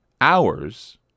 hours